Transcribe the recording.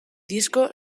disko